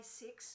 six